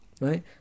right